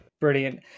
brilliant